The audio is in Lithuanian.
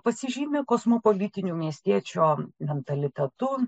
pasižymi kosmopolitiniu miestiečio mentalitetu